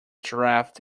draught